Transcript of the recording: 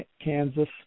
Kansas